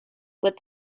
with